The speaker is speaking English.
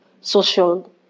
social